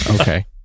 Okay